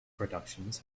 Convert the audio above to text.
productions